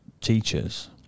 teachers